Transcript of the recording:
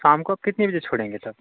शाम को कितने बजे छोड़ेंगे सर